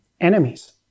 enemies